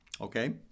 Okay